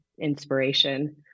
inspiration